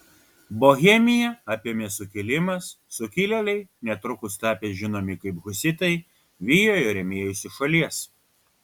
bohemiją apėmė sukilimas sukilėliai netrukus tapę žinomi kaip husitai vijo jo rėmėjus iš šalies